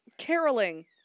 caroling